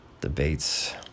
debates